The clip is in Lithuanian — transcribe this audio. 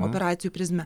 operacijų prizmę